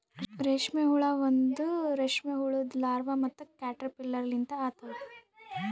ರೇಷ್ಮೆ ಹುಳ ಒಂದ್ ರೇಷ್ಮೆ ಹುಳುದು ಲಾರ್ವಾ ಮತ್ತ ಕ್ಯಾಟರ್ಪಿಲ್ಲರ್ ಲಿಂತ ಆತವ್